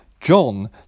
John